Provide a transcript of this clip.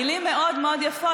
מילים מאוד מאוד יפות.